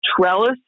trellis